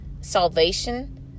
salvation